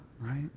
right